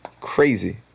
crazy